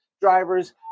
drivers